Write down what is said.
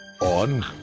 on